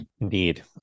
Indeed